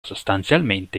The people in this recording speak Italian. sostanzialmente